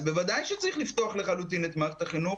אז בוודאי שצריך לפתוח לחלוטין את מערכת החינוך.